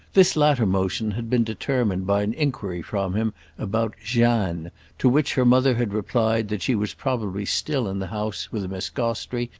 this latter motion had been determined by an enquiry from him about jeanne to which her mother had replied that she was probably still in the house with miss gostrey,